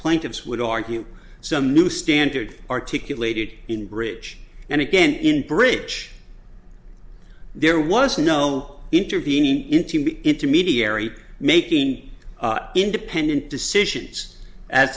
plaintiffs would argue some new standard articulated in bridge and again in bridge there was no intervening intermediary making independent